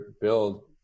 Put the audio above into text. build